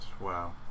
Wow